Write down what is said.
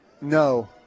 No